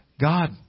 God